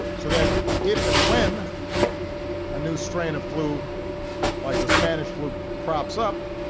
so, that if and when a new strain of flu like the spanish flu crops up,